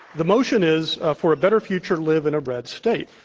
the motion is for a better future, live in a red state.